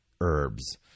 herbs